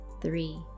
three